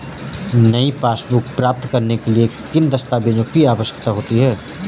नई पासबुक प्राप्त करने के लिए किन दस्तावेज़ों की आवश्यकता होती है?